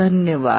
धन्यवाद